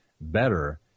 better